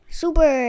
super